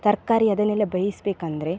ತರಕಾರಿ ಅದನ್ನೆಲ್ಲ ಬೇಯಿಸಬೇಕೆಂದ್ರೆ